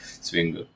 swing